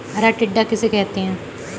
हरा टिड्डा किसे कहते हैं?